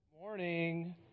Morning